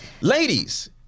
Ladies